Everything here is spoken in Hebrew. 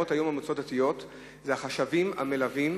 היום במועצות הדתיות היא החשבים המלווים